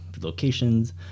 locations